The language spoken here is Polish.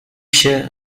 się